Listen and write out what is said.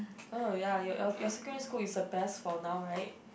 oh ya your your secondary school is a best for now right